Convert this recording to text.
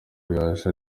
rishasha